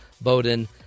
Bowden